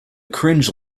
cringe